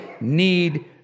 need